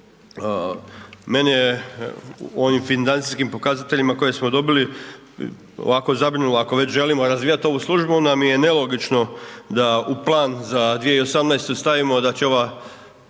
Mene je u onim financijskim pokazateljima koje smo dobili, ovako zabrinula ako već želimo razvijati ovu službu, onda mi je nelogično da u plan za 2018. stavimo da će ovaj